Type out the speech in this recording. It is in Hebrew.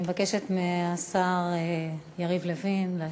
אני מבקשת מהשר יריב לוין להשיב.